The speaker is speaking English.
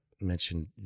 mentioned